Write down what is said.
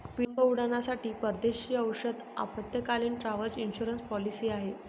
विलंब उड्डाणांसाठी परदेशी औषध आपत्कालीन, ट्रॅव्हल इन्शुरन्स पॉलिसी आहे